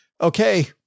okay